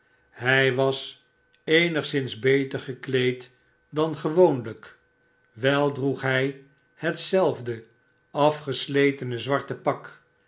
hij was eenigszins beter gekleed dan gewoonlijkl wel droeg hij hetzelfde afgesletene zwarte pak